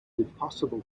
impossible